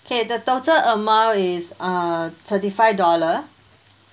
K the total amount is uh thirty five dollar